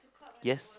yes